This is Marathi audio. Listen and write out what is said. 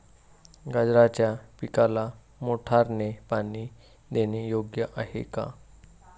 गाजराच्या पिकाला मोटारने पाणी देणे योग्य आहे का?